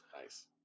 Nice